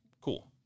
Cool